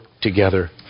together